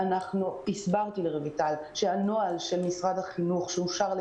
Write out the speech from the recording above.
הסברתי לרויטל שהנוהל של משרד החינוך שאושר על